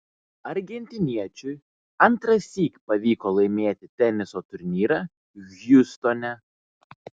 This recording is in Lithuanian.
argentiniečiui antrąsyk pavyko laimėti teniso turnyrą hjustone